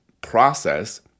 process